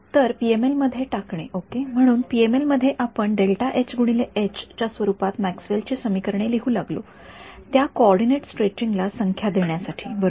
तर पीएमएल मध्ये टाकणे ओके म्हणून पीएमएल मध्ये आपण च्या स्वरूपात मॅक्सवेल ची समीकरणे लिहू लागलो त्या कोऑर्डिनेट स्ट्रेचिंगला संख्या देण्यासाठी बरोबर